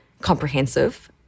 comprehensive